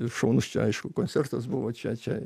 šaunus čia aišku koncertas buvo čia čia